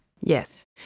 Yes